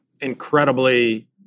incredibly